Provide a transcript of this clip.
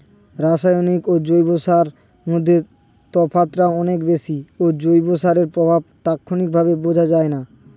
রাসায়নিক ও জৈব সারের মধ্যে তফাৎটা অনেক বেশি ও জৈব সারের প্রভাব তাৎক্ষণিকভাবে বোঝা যায়না